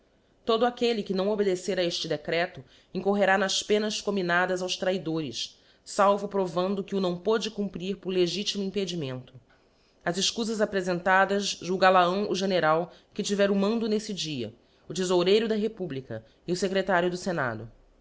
todo aquelle que não obedecer a efte decreto incorrerá nas penas comminadas aos traidores falvo provando que o não pôde cumprir por legitimo impedimento as efcufas aprefentadas julgal af hão o general que tiver o mando n'eíre dia o thefoureiro da republica e o fecretario do fenado